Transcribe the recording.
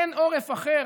אין עורף אחר.